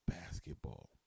basketball